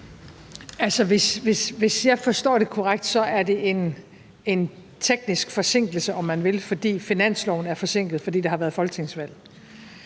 hvis jeg forstår det korrekt, er det en teknisk forsinkelse, om man vil, fordi finansloven er forsinket, fordi der har været folketingsvalg.